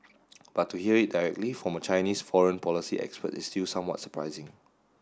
but to hear it directly from a Chinese foreign policy expert is still somewhat surprising